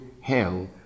hell